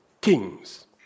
kings